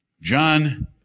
John